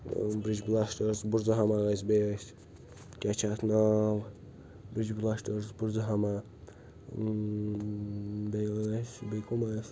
ٲں bridge blasters Burzahama ٲسۍ بیٚیہِ ٲسۍ کیٛاہ چھُ اَتھ ناو بِرٛج بٕلاسٹٲرٕز بُرزٕہامہ بیٚیہِ ٲسۍ بیٚیہِ کٕم ٲسۍ